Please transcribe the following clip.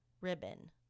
ribbon